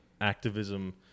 activism